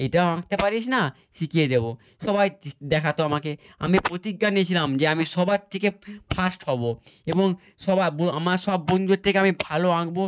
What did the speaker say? এটাও আঁকতে পারিস না শিখিয়ে দেবো সবাই দেখাতো আমাকে আমি পোতিজ্ঞা নিয়েছিলাম যে আমি সবার থেকে ফাস্ট হবো এবং সবা আমার সব বন্ধুদের থেকে আমি ভালো আঁকবো